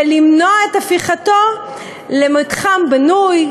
ולמנוע את הפיכתו למתחם בנוי,